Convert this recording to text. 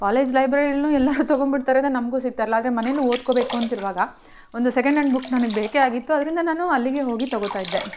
college ಲೈಬ್ರರಿಯಲ್ಲೂ ಎಲ್ಲ ತೊಗೊಂಡ್ಬಿಡ್ತಾರೆ ಅಂದ್ರೆ ನಮಗೂ ಸಿಕ್ತಾಯಿರಲ್ಲ ಆದರೆ ಮನೆಯಲ್ಲೂ ಓದಿಕೋ ಬೇಕು ಅಂತಿರುವಾಗ ಒಂದು ಸೆಕೆಂಡ್ ಹ್ಯಾಂಡ್ ಬುಕ್ ನನಗೆ ಬೇಕೇ ಆಗಿತ್ತು ಅದರಿಂದ ನಾನು ಅಲ್ಲಿಗೆ ಹೋಗಿ ತೊಗೊಳ್ತಾಯಿದ್ದೆ